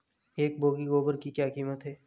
एक बोगी गोबर की क्या कीमत है?